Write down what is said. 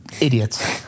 idiots